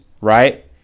right